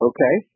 Okay